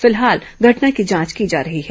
फिलहाल घटना की जांच की जा रही है